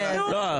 לא,